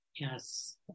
Yes